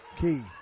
Key